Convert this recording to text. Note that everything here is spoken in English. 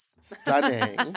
Stunning